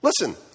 Listen